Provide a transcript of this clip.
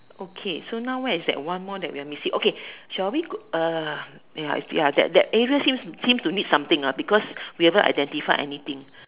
okay so now where is that one more that we're missing okay shall we uh ya ya that that area seems to need something ah because we haven't identified anything